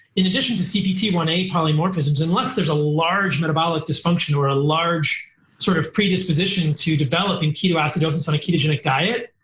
in addition to c p t one a polymorphisms, unless there's a large metabolic dysfunction or a large sort of predisposition to developing ketoacidosis on a ketogenic diet,